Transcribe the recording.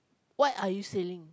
what are you selling